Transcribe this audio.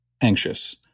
anxious